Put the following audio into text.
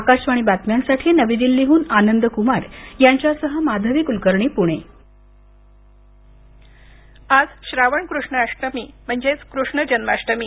आकाशवाणी बातम्यांसाठी नवी दिल्लीहून आनंद कुमार यांच्या सह माधवी कुलकर्णी पुणे आज श्रावण कृष्ण अष्टमी म्हणजेच कृष्ण जन्माष्टमी